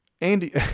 Andy